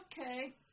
Okay